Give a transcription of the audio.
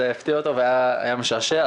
זה הפתיע אותו והיה משעשע.